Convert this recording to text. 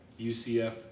UCF